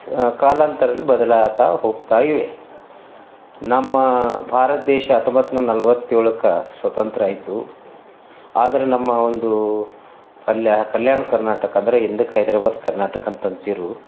ಕಾಲಾಂತರಲ್ಲಿ ಬದಲಾತ ಹೋಗ್ತಾ ಇವೆ ನಮ್ಮ ಭಾರತ ದೇಶ ಹತ್ತೊಂಬತ್ನೂರ ನಲ್ವತ್ತೇಳಕ್ಕೆ ಸ್ವತಂತ್ರ್ಯ ಆಯಿತು ಆದ್ರ ನಮ್ಮ ಒಂದು ಅಲ್ಯಾ ಕಲ್ಯಾಣ ಕರ್ನಾಟಕ ಅಂದರೆ ಹಿಂದಕ್ಕೆ ಹೈದರಾಬಾದ್ ಕರ್ನಾಟಕ ಅಂತಂತಿರು